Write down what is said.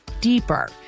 deeper